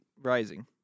rising